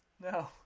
No